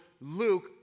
Luke